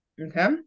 Okay